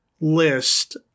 list